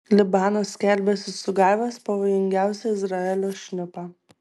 libanas skelbiasi sugavęs pavojingiausią izraelio šnipą